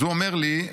אז הוא אומר לי,